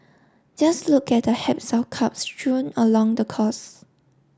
just look at the haps of cups strewn along the course